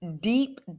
deep